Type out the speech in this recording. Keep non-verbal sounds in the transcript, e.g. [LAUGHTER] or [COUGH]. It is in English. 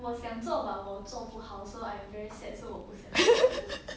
[LAUGHS]